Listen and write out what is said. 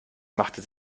machte